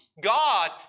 God